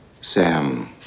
Sam